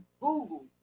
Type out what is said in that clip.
google